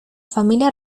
familia